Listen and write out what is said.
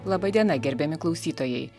laba diena gerbiami klausytojai